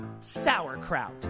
sauerkraut